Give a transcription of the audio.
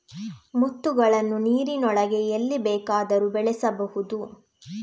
ಮುತ್ತುಗಳನ್ನು ನೀರಿನೊಳಗೆ ಎಲ್ಲಿ ಬೇಕಾದರೂ ಬೆಳೆಸಬಹುದು